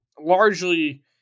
largely